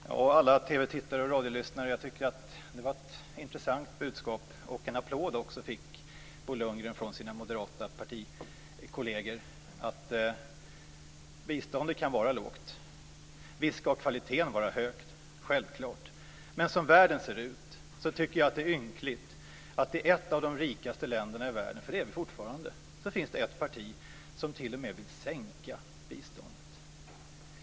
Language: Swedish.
Fru talman! Alla TV-tittare och radiolyssnare! Jag tycker att det var ett intressant budskap - en applåd fick det också av Bo Lundgrens moderata partikolleger - att biståndet kan vara lågt. Visst ska kvaliteten vara hög - självklart. Men som världen ser ut tycker jag att det är ynkligt att i ett av de rikaste länderna i världen - för det är vi fortfarande - finns det ett parti som t.o.m. vill sänka biståndet.